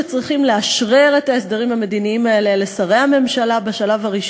בכל האמצעים הכשרים והמוסריים אשר בידינו".